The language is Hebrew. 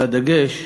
אבל הדגש